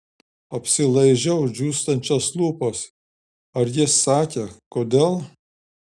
apsilaižau džiūstančias lūpas ar jis sakė kodėl